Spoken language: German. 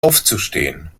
aufzustehen